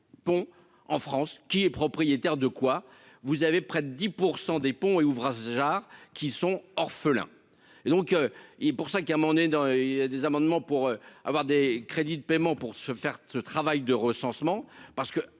ponts en France qui est propriétaire de quoi vous avez près de 10 pour 100 des ponts et ouvrages qui sont orphelins et donc, et pour ça, qu'il a dans des amendements pour avoir des crédits de paiement pour ce faire ce travail de recensement parce que